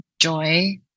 joy